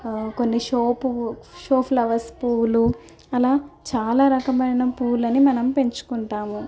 కొన్ని షో పువ్వు show flowers పువ్వులు అలా చాలా రకమైన పువ్వులని మనం పెంచుకుంటాము